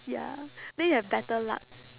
ya then you'll have better luck